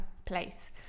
place